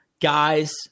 guys